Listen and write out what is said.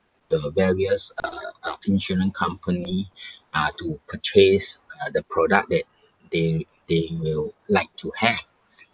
the various uh insurance company uh to purchase uh the product that they they will like to have